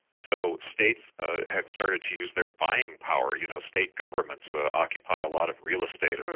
so states have started to use their buying power, you know, state governments occupy a lot of real estate, and